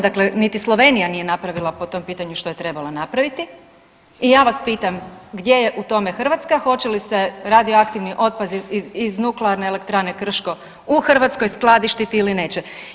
Dakle, niti Slovenija nije napravila po tom pitanju što je trebala napraviti i ja vas pitam gdje je u tome Hrvatska, hoće li se radioaktivni otpadi iz nuklearne elektrane Krško u Hrvatskoj skladištiti ili neće.